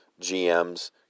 GMs